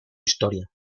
historia